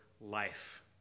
life